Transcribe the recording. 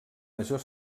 major